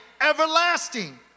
Everlasting